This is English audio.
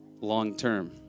long-term